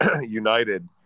united